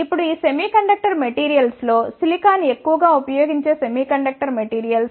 ఇప్పుడు ఈ semiconductor materials లో సిలికాన్ ఎక్కువగా ఉపయోగించే సెమీకండక్టర్ మెటీరియల్స్